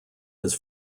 his